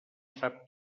sap